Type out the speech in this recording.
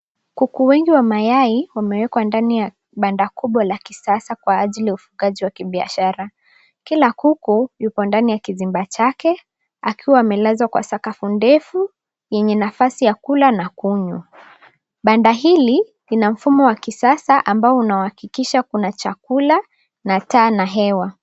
Kuku wengi wa mayai wamewekwa ndani ya banda kubwa la kisasa kwa ajili ya ufugaji wa kibiashara. Kila kuku yupo ndani ya kizimba chake akiwa amelazwa kwa sakafu ndefu yenye nafasi ya kula na kunywa. Banda hili lina mfumo wa kisasa ambao una hakikisha kuna chakula na taa na hewa.